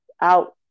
out